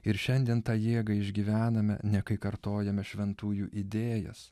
ir šiandien tą jėgą išgyvename ne kai kartojame šventųjų idėjas